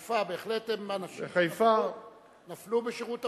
בחיפה, בהחלט אין מה, נפלו בשירות המולדת.